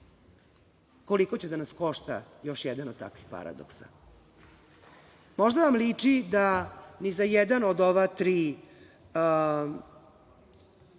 koliko će da nas košta još jedan od takvih paradoksa? Možda vam liči da ni za jedan od ova tri